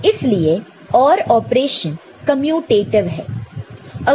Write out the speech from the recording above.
तो इसलिए OR operation commutative है